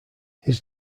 his